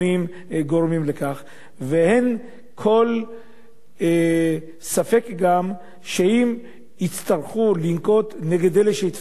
ואין כל ספק גם שאם יצטרכו לנקוט נגד אלה שייתפסו במעשים האלה,